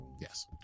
Yes